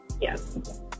Yes